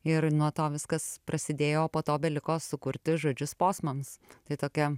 ir nuo to viskas prasidėjo o po to beliko sukurti žodžius posmams tai tokia